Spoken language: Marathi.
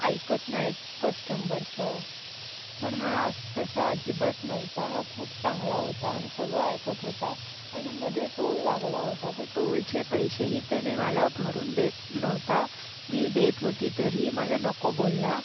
ऐकत नाहीत कस्टंबरचं पण हा अस तसा अजिबात नव्हता हा खूप चांगला होता आणि सगळं ऐकत होता आणि मध्ये टोल लागला होता तर टोलचे पैसेही त्याने मला भरून देत नव्हता मी देत होते तरीही मला नको बोलला